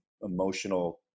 emotional